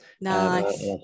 Nice